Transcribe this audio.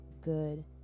good